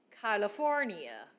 California